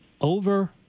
over